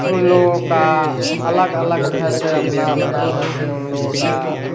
उन लोगों का अलग अलग जो है सो अपना अपना जो है सो उन लोगों का